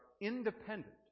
independent